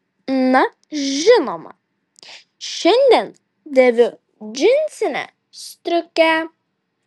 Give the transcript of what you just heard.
na žinoma šiandien dėviu džinsinę striukę